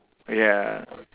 ya